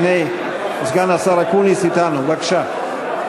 הנה, סגן השר אקוניס אתנו, בבקשה.